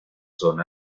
son